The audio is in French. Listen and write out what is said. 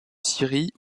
syrie